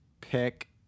pick